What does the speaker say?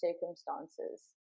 circumstances